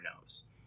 knows